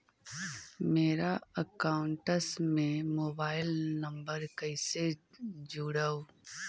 मेरा अकाउंटस में mobile number कैसे जुड़उ?